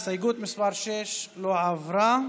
הסתייגות מס' 6 לא עברה.